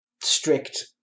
strict